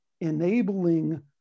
enabling